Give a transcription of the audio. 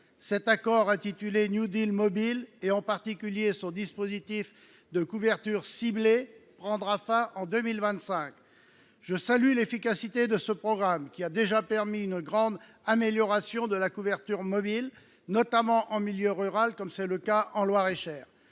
Cet accord, intitulé New Deal mobile, et son dispositif de couverture ciblée prendront fin en 2025. Je salue l’efficacité de ce programme, qui a déjà permis une grande amélioration de la couverture mobile, notamment en milieu rural, comme dans le Loir et Cher.